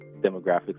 demographics